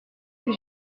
que